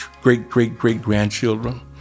great-great-great-grandchildren